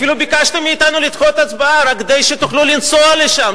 אפילו ביקשתם מאתנו לדחות הצבעה רק כדי שתוכלו לנסוע לשם.